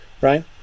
right